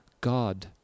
God